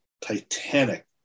titanic